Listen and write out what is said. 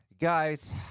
guys